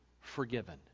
forgiven